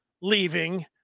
leaving